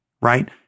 right